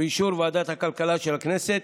באישור ועדת הכלכלה של הכנסת,